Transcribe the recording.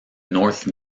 north